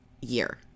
year